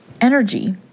energy